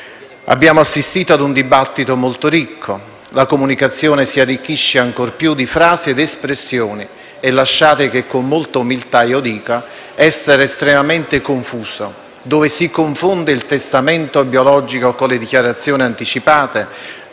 Abbiamo assistito ad un dibattito molto ricco. La comunicazione si arricchisce ancor più di frasi ed espressioni che - lasciate che io lo dica con molta umiltà - sono estremamente confuse, laddove si confonde il «testamento biologico» con le «dichiarazioni anticipate»